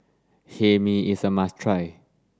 Hae Mee is a must try